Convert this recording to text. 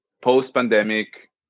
post-pandemic